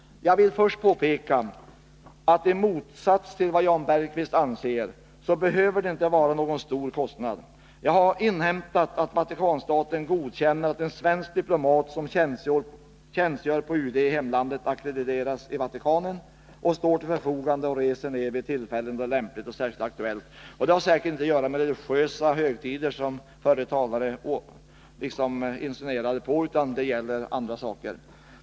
Jag vill för det första påpeka att det, i motsats till vad Jan Bergqvist anser, inte behöver röra sig om någon stor kostnad. Jag har inhämtat att Vatikanstaten godkänner att en svensk diplomat som tjänstgör på UD i hemlandet ackrediteras i Vatikanen och står till förfogande och reser ner vid de tillfällen då det är lämpligt eller särskilt aktuellt. Det har säkert inte att göra med religiösa högtider, som den förre talaren insinuerade, utan gäller annat.